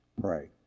Pray